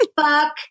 fuck